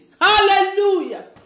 Hallelujah